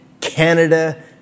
Canada